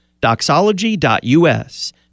doxology.us